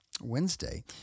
Wednesday